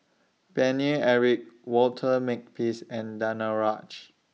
Paine Eric Walter Makepeace and Danaraj